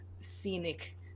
scenic